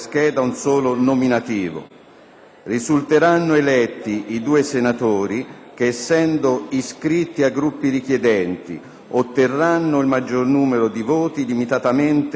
Risulteranno eletti i due senatori che essendo iscritti ai Gruppi richiedenti otterranno il maggior numero di voti, limitatamente ad un senatore per Gruppo.